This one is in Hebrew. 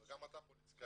גם אתה פוליטיקאי,